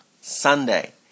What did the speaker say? Sunday